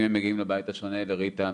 אם הם מגיעים לבית השונה לריטה,